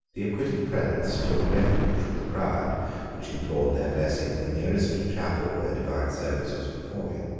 the acquitted prelates took refuge from the crowd which implored their blessing in the nearest chapel where divine service was performing.